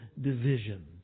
division